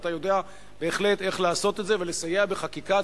ואתה יודע בהחלט איך לעשות את זה ולסייע בחקיקה.